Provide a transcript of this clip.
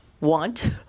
want